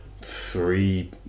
three